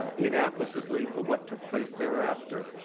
ah inappositely, for what took place thereafter.